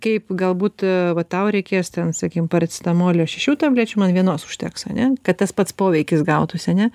kaip galbūt ee va tau reikės ten sakykim paracitamolio šešių tablečių vienos užteks ane kad tas pats poveikis gautųsi ane